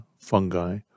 fungi